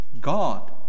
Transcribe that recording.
God